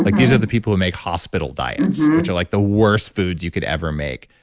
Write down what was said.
like these are the people who make hospital diets, which are like the worst foods you could ever make.